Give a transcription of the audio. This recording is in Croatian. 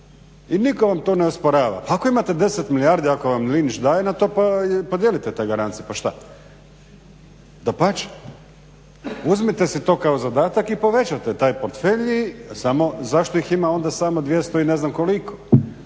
I nitko vam to ne osporava. Ako imate 10 milijardi, ako vam Linić daje na to pa dijelite te garancije pa što? Dapače! Uzmite si to kao zadatak i povećate taj portfelj, samo zašto ih ima onda samo 200 i ne znam koliko,